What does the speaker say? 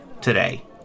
today